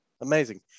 amazing